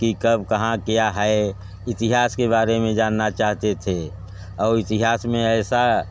कि कब कहाँ क्या है इतिहास के बारे में जानना चाहते थे और इतिहास में ऐसा